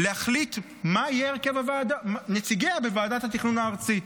להחליט מה יהיה הרכב נציגיה בוועדת התכנון הארצית.